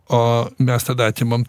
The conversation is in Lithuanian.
o mes tada atimam